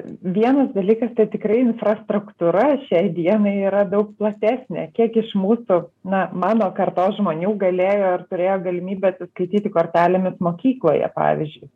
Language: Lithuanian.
vienas dalykas tai tikrai infrastruktūra šiai dienai yra daug platesnė kiek iš mūsų na mano kartos žmonių galėjo ir turėjo galimybę atsiskaityti kortelėmis mokykloje pavyzdžiui